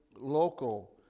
Local